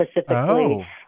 specifically